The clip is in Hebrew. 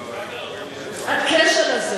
הקשר הזה